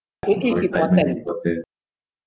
which is important